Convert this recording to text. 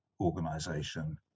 organization